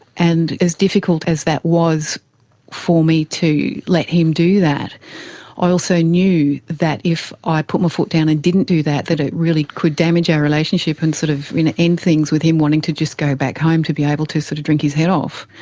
and as difficult as that was for me to let him do that, i also knew that if i put my foot down and didn't do that that it really could damage our relationship and sort of you know end things, with him wanting to just go back home to be able to so to drink his head off.